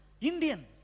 Indian